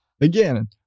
Again